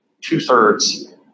two-thirds